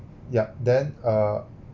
yup then uh